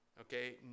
Okay